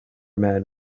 man